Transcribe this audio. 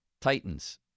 Titans